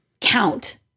count